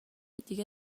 دیگه